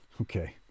okay